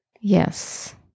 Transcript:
Yes